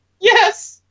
Yes